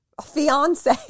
fiance